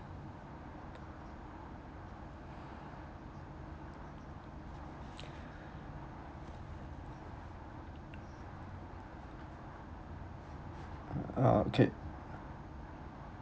mm okay